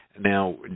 Now